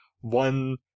one